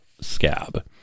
scab